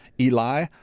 Eli